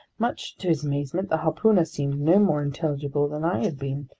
much to his amazement, the harpooner seemed no more intelligible than i had been.